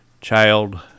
child